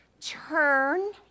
turn